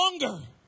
longer